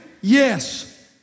Yes